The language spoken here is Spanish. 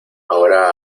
ahora